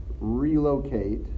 relocate